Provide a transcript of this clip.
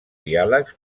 diàlegs